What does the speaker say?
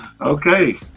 Okay